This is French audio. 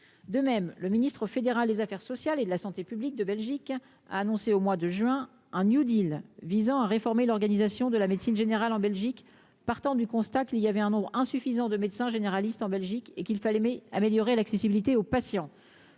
de même le ministre fédéral des Affaires sociales et de la santé publique de Belgique a annoncé au mois de juin un New Deal visant à réformer l'organisation de la médecine générale en Belgique, partant du constat qu'il y avait un nombre insuffisant de médecins généralistes en Belgique et qu'il fallait mais améliorer l'accessibilité aux patients,